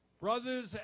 Brothers